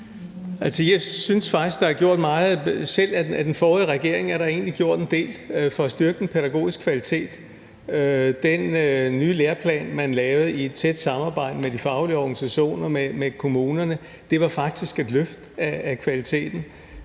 Jeg synes faktisk, at der er gjort meget – selv af den forrige regering er der egentlig gjort en del for at styrke den pædagogiske kvalitet. Den nye læreplan, man lavede i et tæt samarbejde med de faglige organisationer og kommunerne, var faktisk et løft af kvaliteten.